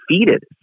defeated